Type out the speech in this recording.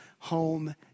Home